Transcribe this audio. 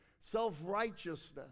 Self-righteousness